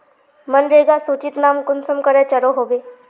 मनरेगा सूचित नाम कुंसम करे चढ़ो होबे?